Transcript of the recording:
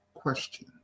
question